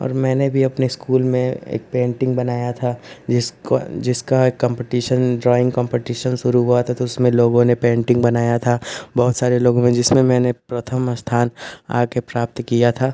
और मैंने भी अपने स्कूल में एक पेन्टिन्ग बनाई थी जिसको जिसका एक कम्पटीशन ड्रॉइन्ग कम्पटीशन शुरू हुआ था तो उसमें लोगों ने पेन्टिन्ग बनाई थी बहुत सारे लोगों ने जिसमें मैंने प्रथम स्थान आकर प्राप्त किया था